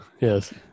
yes